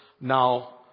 now